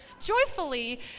joyfully